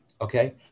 okay